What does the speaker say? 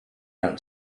out